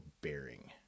bearing